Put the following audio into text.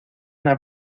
una